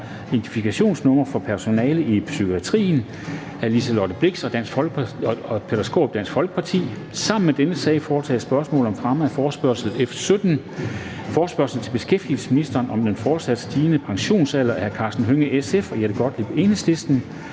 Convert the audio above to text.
identifikationsnummer for personalet i psykiatrien. Af Liselott Blixt (DF) og Peter Skaarup (DF). (Anmeldelse 05.11.2020). 5) Spørgsmål om fremme af forespørgsel nr. F 17: Forespørgsel til beskæftigelsesministeren om den fortsat stigende pensionsalder. Af Karsten Hønge (SF) og Jette Gottlieb (EL).